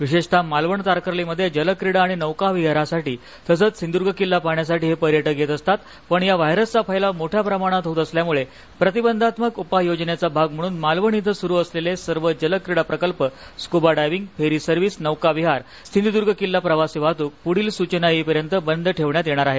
विशेषतः मालवण तारकर्ली मध्ये जलक्रीडा आणि नौकाविहारासाठी तसेच सिंधूद्र्ग किल्ला पाहण्यासाठी हे पर्यटक येत असतात पण या व्हायरसचा फैलाव मोठ्या प्रमाणात होत असल्यामुळे प्रतिबंधात्मक उपाययोजनेचा भाग म्हणून मालवण इथं सुरू असलेले सर्व जलक्रीडा प्रकल्प स्कुबा डायविंग फेरी सर्विस नौकाविहार सिंधुदर्ग प्रवासी वाहतूक पुढील सूचना येईपर्यंत बंद ठेवण्यात येणार आहेत